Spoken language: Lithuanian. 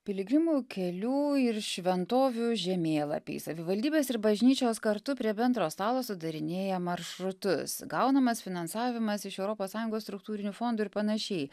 piligrimų kelių ir šventovių žemėlapiai savivaldybės ir bažnyčios kartu prie bendro stalo sudarinėja maršrutus gaunamas finansavimas iš europos sąjungos struktūrinių fondų ir panašiai